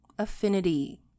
affinity